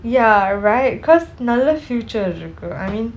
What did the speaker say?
ya right cause நல்ல:nalla future இருக்கு:irukku I mean